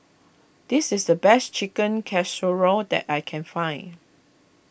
this is the best Chicken Casserole that I can find